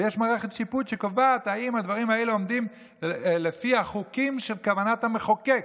ויש מערכת שיפוט שקובעת אם הדברים האלה עומדים בחוקים של כוונת המחוקק.